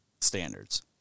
standards